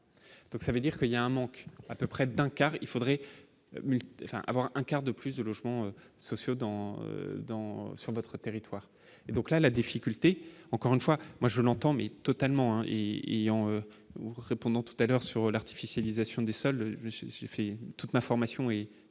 Donc ça veut dire que, il y a un manque à peu près d'un quart, il faudrait avoir un quart de plus de logements sociaux dans dans sur notre territoire et donc la la difficulté, encore une fois, moi je l'entends, mais totalement hein et et en répondant tout à l'heure sur l'artificialisation des sols, j'ai fait toute ma formation et dedans je